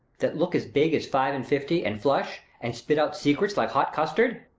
that look as big as five-and-fifty, and flush and spit out secrets like hot custard